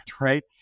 right